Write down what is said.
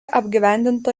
apgyvendinta